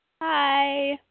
hi